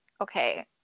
okay